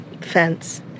fence